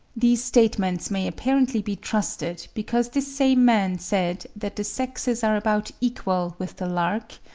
these statements may apparently be trusted, because this same man said that the sexes are about equal with the lark,